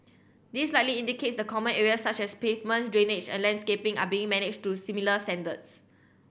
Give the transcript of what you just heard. this likely indicates the common areas such as pavement drainage and landscaping are being managed to similar standards